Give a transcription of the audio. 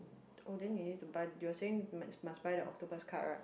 oh then you need to buy you were saying must must buy the octopus card right